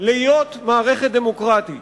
להיות מערכת דמוקרטית?